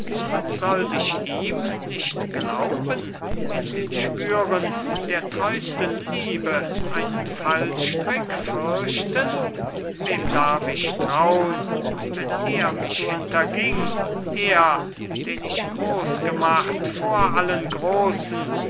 und sollt ich ihm nicht glauben in den schwüren der treusten liebe einen fallstrick fürchten wem darf ich traun wenn er mich hinterging er den ich groß gemacht vor allen großen